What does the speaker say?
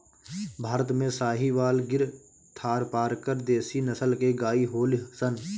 भारत में साहीवाल, गिर, थारपारकर देशी नसल के गाई होलि सन